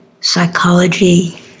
psychology